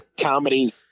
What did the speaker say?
comedy